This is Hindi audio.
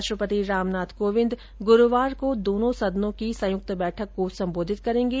राष्ट्रपति रामनाथ कोविंद गुरूवार को दोनों सदनों की संयुक्त बैठक को संबोधित करेंगे